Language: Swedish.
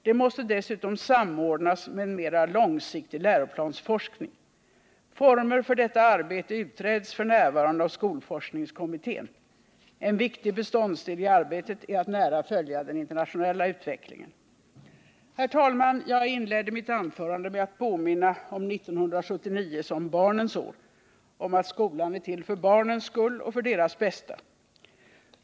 Det måste dessutom samordnas med en mera långsiktig läroplansforskning. Former för detta arbete utreds f. n. av skolforskningskommittén. En viktig beståndsdel i arbetet är att nära följa den internationella utvecklingen. Herr talman! Jag inledde mitt anförande med att påminna om 1979 som barnens år och om att skolan är till för barnen och för deras bästa.